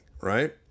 right